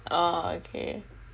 orh okay